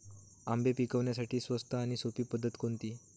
आंबे पिकवण्यासाठी स्वस्त आणि सोपी पद्धत कोणती?